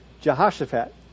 Jehoshaphat